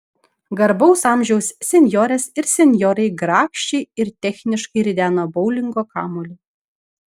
garbaus amžiaus senjorės ir senjorai grakščiai ir techniškai rideno boulingo kamuolį